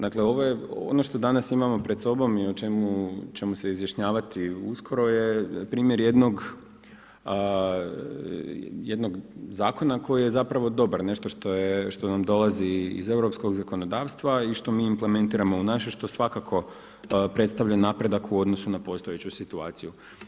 Dakle ono što danas imamo pred sobom i o čemu ćemo se izjašnjavati uskoro je primjer jednog zakona koji je zapravo dobar, nešto što nam dolazi iz Europskog zakonodavstva i što mi implementiramo u naše, što svakako predstavlja napredak u odnosu na postojeću situaciju.